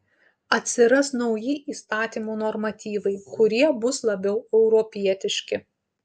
atsiras nauji įstatymų normatyvai kurie bus labiau europietiški